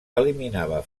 eliminava